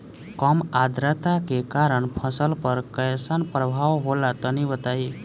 कम आद्रता के कारण फसल पर कैसन प्रभाव होला तनी बताई?